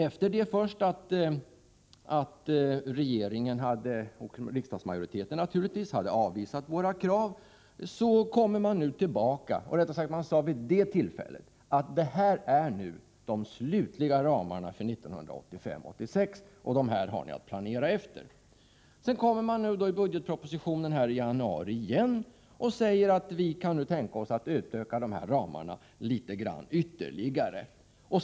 Efter det att regeringen och riksdagsmajoriteten hade avvisat våra krav och presenterat de slutliga ramarna för 1985/86 — det är detta ni har att planera efter — kommer man nu i budgetpropositionen i januari tillbaka och säger att man nu kan tänka sig att utöka de här ramarna ytterligare.